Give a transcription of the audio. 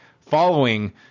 following